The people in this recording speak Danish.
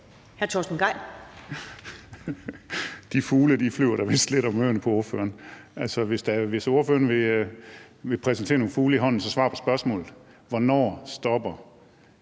Torsten Gejl (ALT): De fugle flyver da vist lidt om ørerne på ordføreren. Altså, hvis ordføreren vil præsentere nogle fugle i hånden, så svar på spørgsmålet: Hvornår stopper